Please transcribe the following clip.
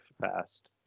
fast